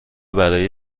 برای